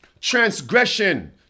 transgression